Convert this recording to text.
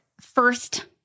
first